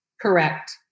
Correct